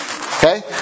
Okay